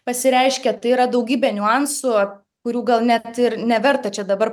pasireiškia tai yra daugybė niuansų kurių gal net ir neverta čia dabar